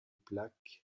plaques